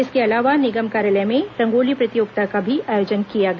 इसके अलावा निगम कार्यालय में रंगोली प्रतियोगिता का भी आयोजन किया गया